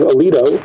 Alito